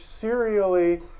serially